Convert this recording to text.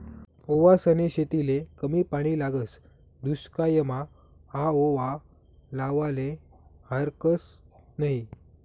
ओवासनी शेतीले कमी पानी लागस, दुश्कायमा आओवा लावाले हारकत नयी